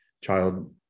child